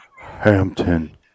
Hampton